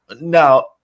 now